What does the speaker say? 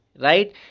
right